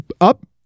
up